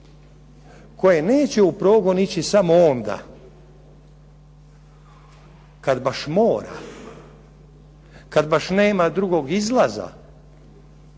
koje neće u progon ići samo onda kad baš mora, kad baš nema drugog izlaza,